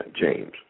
James